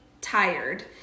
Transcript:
tired